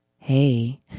Hey